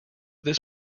this